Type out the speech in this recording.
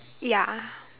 ya